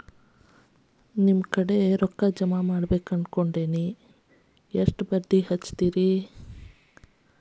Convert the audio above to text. ನಾ ನಿಮ್ಮ ಕಡೆ ರೊಕ್ಕ ಜಮಾ ಮಾಡಬೇಕು ಅನ್ಕೊಂಡೆನ್ರಿ, ಎಷ್ಟು ಬಡ್ಡಿ ಹಚ್ಚಿಕೊಡುತ್ತೇರಿ?